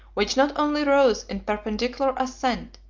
which not only rose in perpendicular ascent,